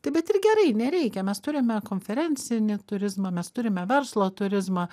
tai bet ir gerai nereikia mes turime konferencinį turizmą mes turime verslo turizmą